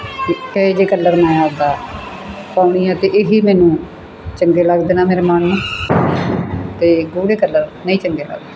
ਅਤੇ ਇਹੋ ਜਿਹੇ ਕਲਰ ਮੈਂ ਆਪਦਾ ਪਾਉਂਦੀ ਹਾਂ ਅਤੇ ਇਹੀ ਮੈਨੂੰ ਚੰਗੇ ਲੱਗਦੇ ਨੇ ਮੇਰੇ ਮਨ ਨੂੰ ਅਤੇ ਗੂੜ੍ਹੇ ਕਲਰ ਨਹੀਂ ਚੰਗੇ ਲੱਗਦੇ